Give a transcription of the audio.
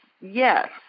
Yes